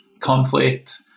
conflict